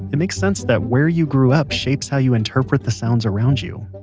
it makes sense that where you grew up shapes how you interpret the sounds around you